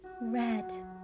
Red